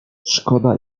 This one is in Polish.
szkoda